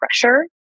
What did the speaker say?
pressure